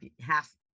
half